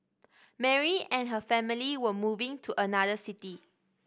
Mary and her family were moving to another city